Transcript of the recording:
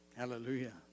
hallelujah